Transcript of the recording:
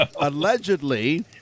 allegedly